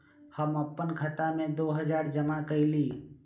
हम अपन खाता में दो हजार जमा कइली